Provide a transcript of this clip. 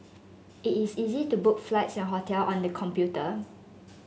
it is easy to book flights and hotel on the computer